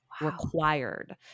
required